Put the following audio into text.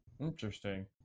Interesting